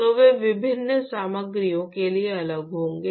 तो वे विभिन्न सामग्रियों के लिए अलग होंगे